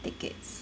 tickets